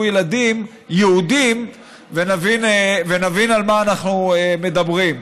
ילדים יהודים ונבין על מה אנחנו מדברים.